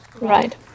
Right